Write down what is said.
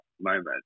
moment